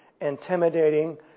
intimidating